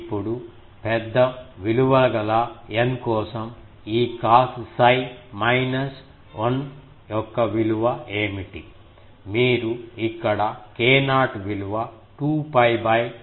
ఇప్పుడు పెద్ద విలువగల N కోసం ఈ కాస్ 𝜓 మైనస్ 1 యొక్క విలువ ఏమిటి మీరు ఇక్కడ k0 విలువ 2 𝜋 లాంబ్డా నాట్ ఉంచండి